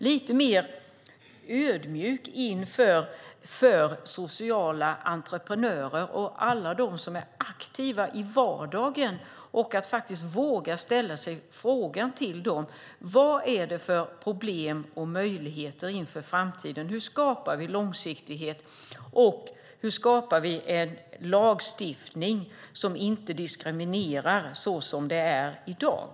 Lite mer ödmjukhet inför sociala entreprenörer och alla de som är aktiva i vardagen behövs, och man måste våga ställa frågan: Vad finns det för problem och möjligheter inför framtiden? Hur skapar vi långsiktighet, och hur skapar vi en lagstiftning som inte diskriminerar så som den gör i dag?